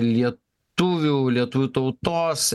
lietuvių lietuvių tautos